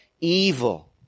evil